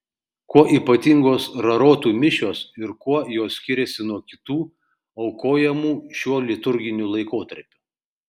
kuo ypatingos rarotų mišios ir kuo jos skiriasi nuo kitų aukojamų šiuo liturginiu laikotarpiu